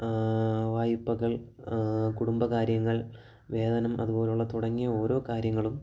വായ്പകൾ കുടുംബകാര്യങ്ങൾ വേതനം അതുപോലെയുള്ള തുടങ്ങിയ ഓരോ കാര്യങ്ങളും